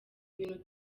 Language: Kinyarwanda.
bintu